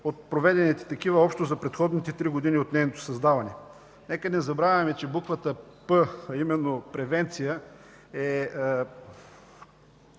от проведените такива общо за предходните три години от нейното създаване. Нека не забравяме, че буквата „п”, именно превенция е